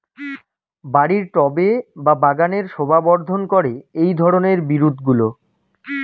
বাড়ির টবে বা বাগানের শোভাবর্ধন করে এই ধরণের বিরুৎগুলো